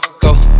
go